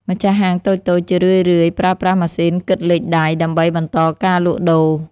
ម្ចាស់ហាងតូចៗជារឿយៗប្រើប្រាស់ម៉ាស៊ីនគិតលេខដៃ ដើម្បីបន្តការលក់ដូរ។